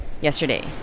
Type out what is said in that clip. yesterday